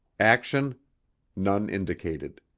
action none indicated.